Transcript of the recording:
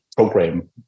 program